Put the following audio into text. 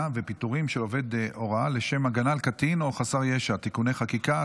ופיטורים של עובד הוראה לשם הגנה על קטין או חסר ישע (תיקוני חקיקה),